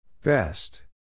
Best